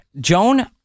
Joan